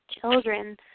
children